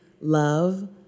love